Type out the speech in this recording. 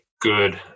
good